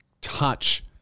touch